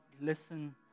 listen